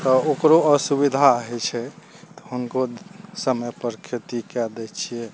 तऽ ओकरो असुबिधा होइ छै तऽ हुनको समय पर खेती कए दै छियै